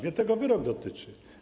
Nie tego wyrok dotyczy.